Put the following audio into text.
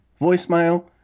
voicemail